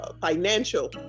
financial